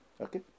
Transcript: Okay